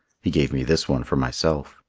he gave me this one for myself.